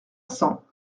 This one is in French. cents